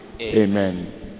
Amen